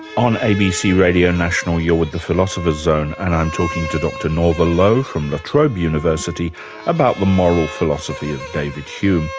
on abc radio national, you're with the philosopher's zone, and i'm talking to dr norva lo from latrobe university about the moral philosophy of david hume.